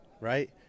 right